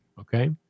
Okay